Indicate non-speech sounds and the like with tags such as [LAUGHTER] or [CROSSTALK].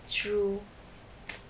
true [NOISE]